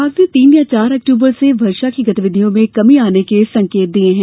विभाग ने तीन या चार अक्टूबर से वर्षा की गतिविधियों में कमी आने के संकेत दिए हैं